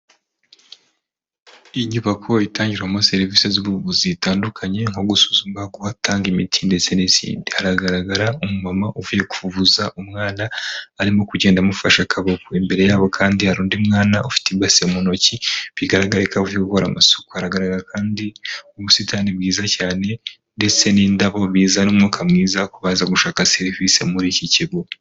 Inyubako itangirwamo serivisi z'ubuvuzi zitandukanye nko gusuzuma, kuhatanga imiti ndetse n'izindi hagaragara umu mama uvuye kuvuza umwana arimo kugenda amufasha akaboko imbere yabo kandi hari undi mwana ufite ibase mu ntoki bigaragara avuye gukora amasuku ahagaragara kandi busitani bwiza cyane ndetse n'indabo bizana n'umwuka mwiza ku baje gushaka serivisi muri iki kigo.